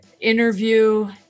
interview